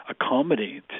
accommodate